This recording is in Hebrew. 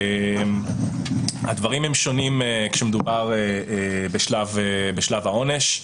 הדברים שונים כשמדובר בשלב העונש.